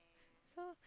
so